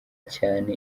cyane